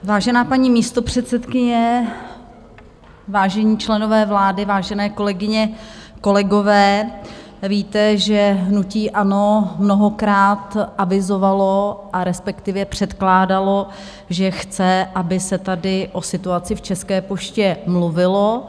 Vážená paní místopředsedkyně, vážení členové vlády, vážené kolegyně, kolegové, víte, že hnutí ANO mnohokrát avizovalo, respektive předkládalo, že chce, aby se tady o situaci v České poště mluvilo.